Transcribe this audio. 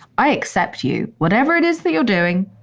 i accept you. whatever it is that you're doing.